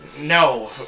No